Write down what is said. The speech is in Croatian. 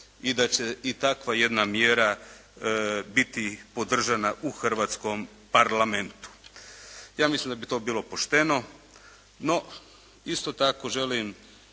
i da će i takva jedna mjera biti podržana u Hrvatskom parlamentu. Ja mislim da bi to bilo pošteno. No, isto tako želim